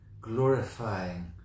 glorifying